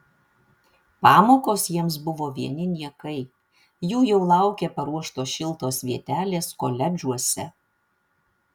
pamokos jiems buvo vieni niekai jų jau laukė paruoštos šiltos vietelės koledžuose